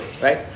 right